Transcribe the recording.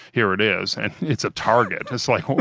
here it is, and it's a target. it's like, well